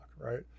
right